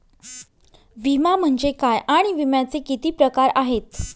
विमा म्हणजे काय आणि विम्याचे किती प्रकार आहेत?